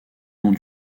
long